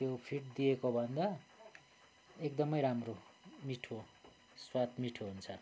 त्यो फिड दिएकोभन्दा एकदमै राम्रो मिठो स्वाद मिठो हुन्छ